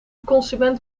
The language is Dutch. consument